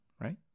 Right